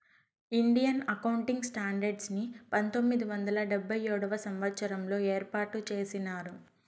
Indian accounting standards ని పంతొమ్మిది వందల డెబ్భై ఏడవ సంవచ్చరంలో ఏర్పాటు చేసినారు